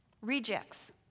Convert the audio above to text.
Rejects